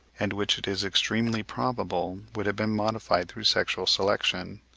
and which it is extremely probable would have been modified through sexual selection.